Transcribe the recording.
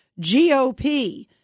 GOP